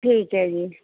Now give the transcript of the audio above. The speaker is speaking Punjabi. ਠੀਕ ਹੈ ਜੀ